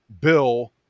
bill